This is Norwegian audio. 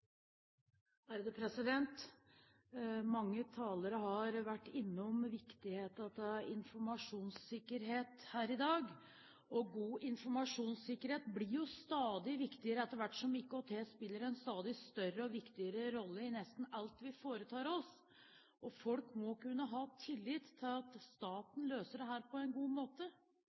Mange talere har vært innom viktigheten av informasjonssikkerhet her i dag. God informasjonssikkerhet blir jo stadig viktigere etter hvert som IKT spiller en stadig større og viktigere rolle i nesten alt vi foretar oss. Folk må kunne ha tillit til at staten løser dette på en god måte.